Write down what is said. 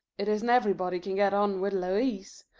it isn't everybody can get on with louise.